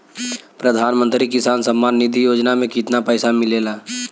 प्रधान मंत्री किसान सम्मान निधि योजना में कितना पैसा मिलेला?